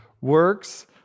works